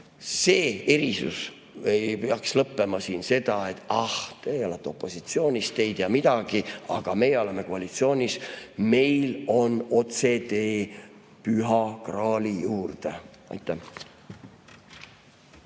See erisus ei peaks lõppema siin nii: "Ah, teie olete opositsioonist, teie ei tea midagi, aga meie oleme koalitsioonis, meil on otsetee püha graali juurde." Aitäh!